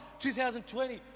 2020